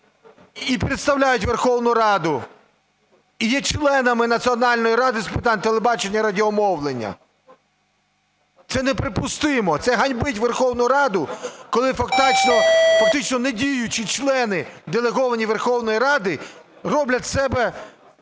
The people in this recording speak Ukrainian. і представляють Верховну Раду і є членами Національної ради з питань телебачення і радіомовлення. Це неприпустимо, це ганьбить Верховну Раду, коли фактично недіючі члени делеговані від Верховної Ради роблять з себе